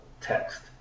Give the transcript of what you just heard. text